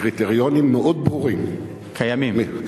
הקריטריונים מאוד ברורים, קיימים.